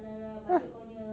eh